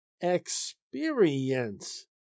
experience